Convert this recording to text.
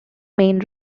main